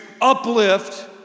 uplift